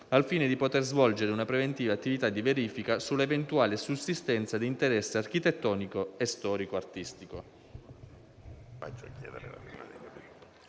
al fine di poter svolgere una preventiva attività di verifica sull'eventuale sussistenza di interesse architettonico e storico-artistico.